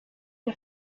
der